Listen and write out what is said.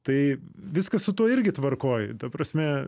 tai viskas su tuo irgi tvarkoj ta prasme